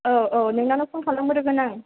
औ औ नोंनावनो फ'न खालामग्रोगोन आं